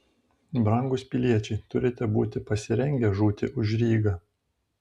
brangūs piliečiai turite būti pasirengę žūti už rygą